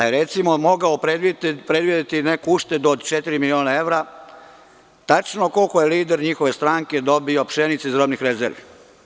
Recimo, mogao je predvideti neku uštedu od četiri miliona evra, tačno koliko je lider njihove stranke dobio pšenice iz robnih rezervi.